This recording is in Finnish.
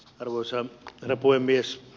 arvoisa herra puhemies